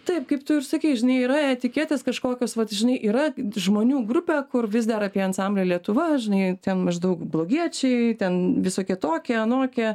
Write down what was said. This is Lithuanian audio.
taip kaip tu ir sakei žinai yra etiketės kažkokios vat žinai yra žmonių grupė kur vis dar apie ansamblį lietuva žinai ten maždaug blogiečiai ten visokie tokie anokie